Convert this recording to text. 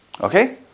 Okay